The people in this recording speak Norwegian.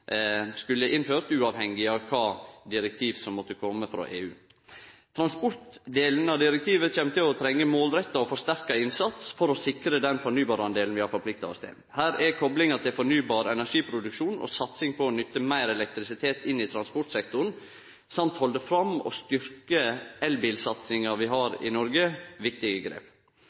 skulle innført – uavhengig av kva direktiv som måtte komme frå EU. Transportdelen av direktivet kjem til å trenge ein målretta og forsterka innsats for å sikre den fornybardelen vi har forplikta oss til. Her er koplinga til fornybar energiproduksjon og satsing på å nytte meir elektrisitet i transportsektoren, i tillegg til å halde fram med å styrkje elbilsatsinga vi har i Noreg, viktige grep.